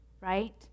right